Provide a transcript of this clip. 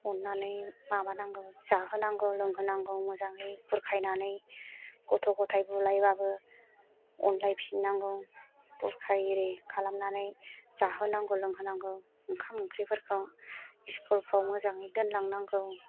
अननानै माबानांगौ जाहोनांगौ लोंहोनांगौ मोजाङै बुरखायनानै गथ' गथाय बुलायबाबो अनलायफिननांगौ बुरखाय इरि खालामनानै जाहोनांगौ लोंहोनांगौ ओंखाम ओंख्रिफोरखौ स्कुल फ्राव मोजाङै दोनलांनांगौ